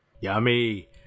Yummy